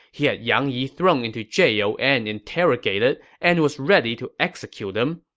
he had yang yi thrown into jail and interrogated, and was ready to execute him.